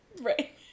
Right